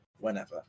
whenever